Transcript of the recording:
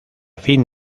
fin